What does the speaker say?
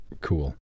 cool